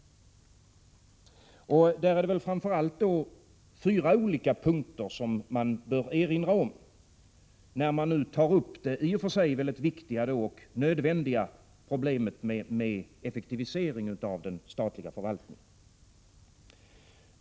Där är det framför allt fyra punkter man bör erinra om när man nu tar upp det i och för sig viktiga problemet med effektivisering av den statliga förvaltningen.